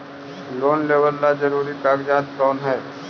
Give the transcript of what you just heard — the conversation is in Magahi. लोन लेब ला जरूरी कागजात कोन है?